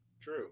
True